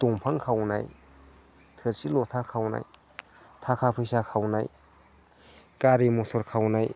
दंफां खावनाय थोरसि लथा खावनाय थाखा फैसा खावनाय गारि मथर खावनाय